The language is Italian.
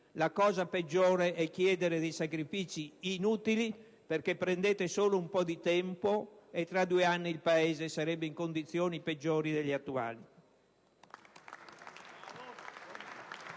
la cosa peggiore è chiedere sacrifici inutili, perché prendete solo un po' di tempo e, tra due anni, il Paese starà in condizioni peggiori di quelle attuali.